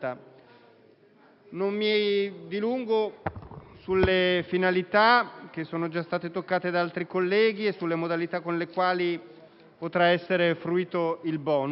Non mi dilungo sulle finalità, che sono già state toccate da altri colleghi, e sulle modalità con le quali potrà essere fruito il *bonus*,